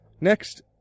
Next